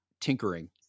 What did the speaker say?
tinkering